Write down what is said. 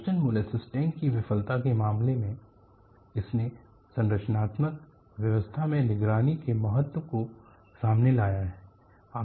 Boston molasses tank की विफलता के मामले में इसने संरचनात्मक व्यवस्था में निगरानी के महत्व को सामने लाया है